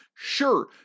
Sure